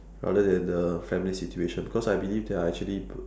rather than the family situation because I believe there are actually